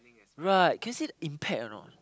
right can you see the impact or not